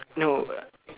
no